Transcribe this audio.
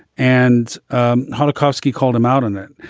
and how tarkovsky called him out on it.